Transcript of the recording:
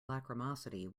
lachrymosity